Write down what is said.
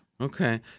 Okay